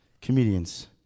comedians